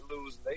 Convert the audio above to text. lose